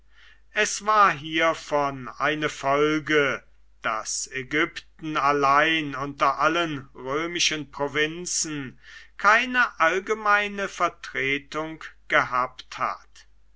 es war hiervon eine folge daß ägypten allein unter allen römischen provinzen keine allgemeine vertretung gehabt hat